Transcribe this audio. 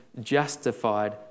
justified